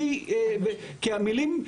כי המילים,